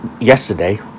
yesterday